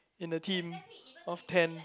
in a team of ten